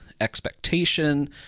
expectation